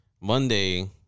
Monday